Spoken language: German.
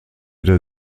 der